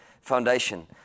foundation